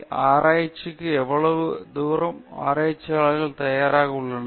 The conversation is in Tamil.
இதை ஆராய்வதற்கு எவ்வளவு தூரம் ஆராய்ச்சியாளர்கள் தயாராக உள்ளனர்